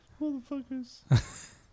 Motherfuckers